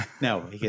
No